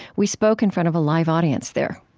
we spoke in front of a live audience there